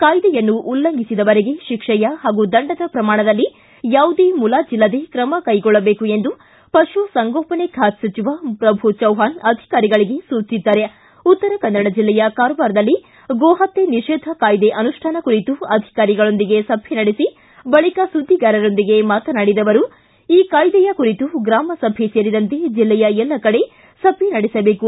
ಕಾಯ್ದೆಯನ್ನು ಉಲ್ಲಂಘಿಸಿದವರಿಗೆ ಶಿಕ್ಷೆಯ ಹಾಗೂ ದಂಡದ ಶ್ರಮಾಣದಲ್ಲಿ ಯಾವುದೇ ಮುಲಾಜಿಲ್ಲದೆ ಕ್ರಮ ಕೈಗೊಳ್ಳಬೇಕು ಎಂದು ಪಶು ಸಂಗೋಪನೆ ಖಾತೆ ಸಚಿವ ಪ್ರಭು ಚೌವ್ವಾಣ್ ಅಧಿಕಾರಿಗಳಿಗೆ ಸೂಚಿಸಿದ್ದಾರೆ ಉತ್ತರಕನ್ನಡ ಜಿಲ್ಲೆಯ ಕಾರವಾರದಲ್ಲಿ ಗೋಹತ್ಯ ನಿಷೇಧ ಕಾಯ್ದೆ ಅನುಷ್ಠಾನ ಕುರಿತು ಅಧಿಕಾರಿಗಳೊಂದಿಗೆ ಸಭೆ ನಡೆಸಿ ಬಳಕ ಸುದ್ದಿಗಾರರೊಂದಿಗೆ ಮಾತನಾಡಿದ ಅವರು ಈ ಕಾಯ್ದೆಯ ಕುರಿತು ಗ್ರಾಮಸಭೆ ಸೇರಿದಂತೆ ಜಿಲ್ಲೆಯ ಎಲ್ಲ ಕಡೆ ಸಭೆ ನಡೆಸಬೇಕು